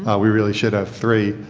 we really should have three.